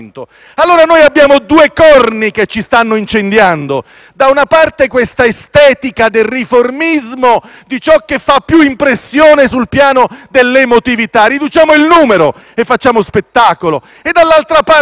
estetica del riformismo, di ciò che fa più impressione sul piano dell'emotività (riduciamo il numero e facciamo spettacolo); dall'altra parte, la compressione dei tempi del lavoro della democrazia. È accaduto sulla legge di bilancio.